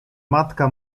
matka